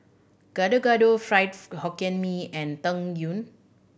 Gado Gado fried Hokkien Mee and Tang Yuen